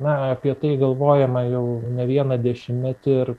na apie tai galvojama jau ne vieną dešimtmetį ir